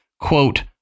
quote